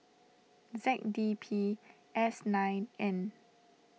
Z D P S nine N